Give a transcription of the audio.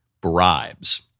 bribes